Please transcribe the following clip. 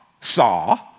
saw